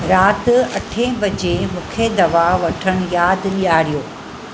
राति अठें बजे मूंखे दवा वठणु यादि ॾियारियो